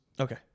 Okay